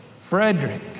Frederick